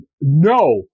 no